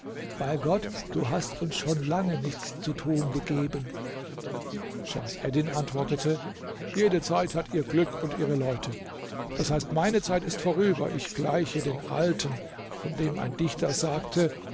bei gott du hast uns schon lange nichts zu tun gegeben schems eddin antwortete jede zeit hat ihr glück und ihre leute d h meine zeit ist vorüber ich gleiche den alten von dem ein dichter sagte